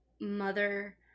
mother